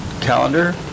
calendar